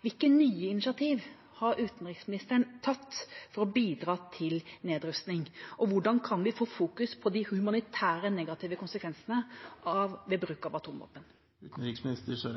Hvilke nye initiativer har utenriksministeren tatt for å bidra til nedrustning, og hvordan kan vi sette de humanitære negative konsekvensene ved bruk av atomvåpen i fokus?